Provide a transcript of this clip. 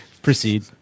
Proceed